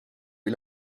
est